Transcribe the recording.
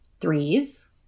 Threes